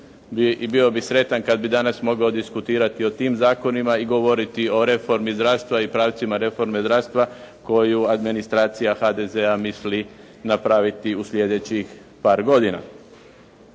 bio bih sretan kad bi danas mogao diskutirati o tim zakonima i govoriti o reformi zdravstva i pravcima reforme zdravstva koju administracija HDZ-a misli napraviti u sljedećih par godina.